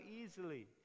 easily